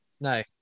No